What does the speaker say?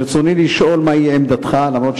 ברצוני לשאול: מהי עמדתך בנושא,